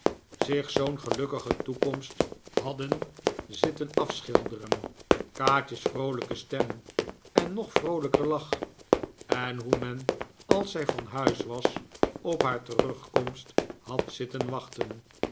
zich zoo'n gelukkige toekomst hadden zitten afschilderen kaatje's vroolijke stem en nog vroolijker lach en hoe men als zij van huis was op haar terugkomst had zitten wachten